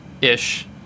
ish